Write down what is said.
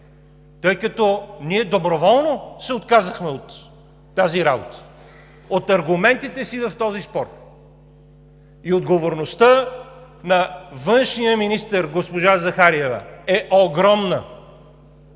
тъй като ние доброволно се отказахме от тази работа, от аргументите си в този спор и отговорността на външния министър госпожа Захариева е огромна.